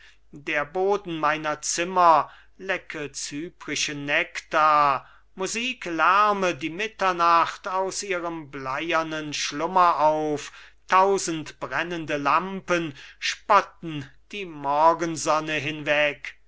der boden meiner zimmer lecke zyprischen nektar musik lärme die mitternacht aus ihrem bleiernen schlummer auf tausend brennende lampen spotten die morgensonne hinweg